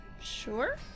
Sure